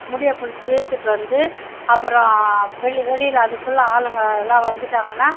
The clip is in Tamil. முடியை பிடுச்சி இழுத்துகிட்டு வந்து அப்புறம் வெளி வெளியில அதுக்குள்ளே ஆளுங்க எல்லாம் வந்துவிட்டாங்கன்னா